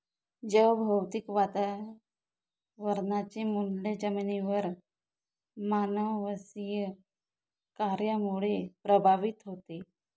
जैवभौतिक वातावरणाचे मूल्य जमिनीवरील मानववंशीय कार्यामुळे प्रभावित होते